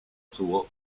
suo